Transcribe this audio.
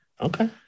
Okay